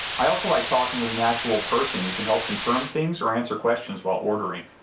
i also like talking with an actual person who can help confirm things, or answer questions while ordering.